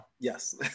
yes